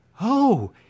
Oh